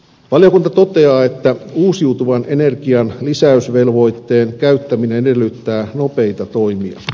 valiokunta toteaa että uusiutuvan energian lisäysvelvoitteen käyttäminen edellyttää nopeita toimia